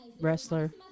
wrestler